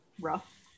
Rough